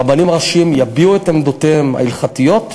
הרבנים הראשיים יביעו את עמדותיהם ההלכתיות,